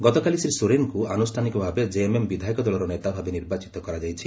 ଗତକାଲି ଶ୍ରୀ ସୋରେନଙ୍କୁ ଆନୁଷାନିକ ଭାବେ ଜେଏମ୍ଏମ୍ ବିଧାୟକ ଦଳର ନେତା ଭାବେ ନିର୍ବାଚିତ କରାଯାଇଛି